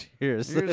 Cheers